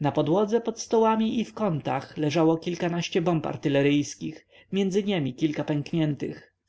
na podłodze pod stołami i w kątach leżało kilkanaście bomb artyleryjskich między niemi kilka pękniętych